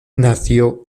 nació